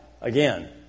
again